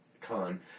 con